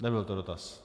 Nebyl to dotaz.